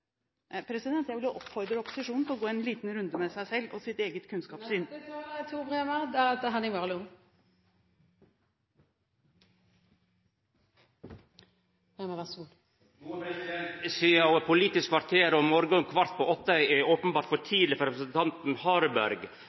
Jeg vil oppfordre opposisjonen til å gå en liten runde med seg selv og sitt eget kunnskapssyn. Sidan Politisk kvarter om morgonen klokka kvart på åtte openbert er for tidleg for representanten Harberg